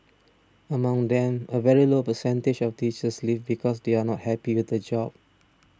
among them a very low percentage of teachers leave because they are not happy with the job